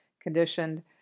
conditioned